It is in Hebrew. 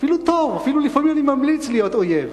אפילו טוב, לפעמים אני אפילו ממליץ להיות אויב,